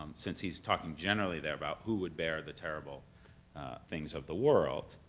um since he's talking generally there about who would bear the terrible things of the world.